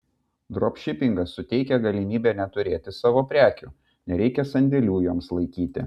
dropšipingas suteikia galimybę neturėti savo prekių nereikia sandėlių joms laikyti